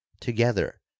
together